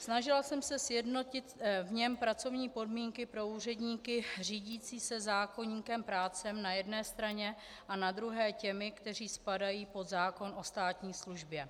Snažila jsem se sjednotit v něm pracovní podmínky pro úředníky řídící se zákoníkem práce na jedné straně a na druhé pro ty, kteří spadají pod zákon o státní službě.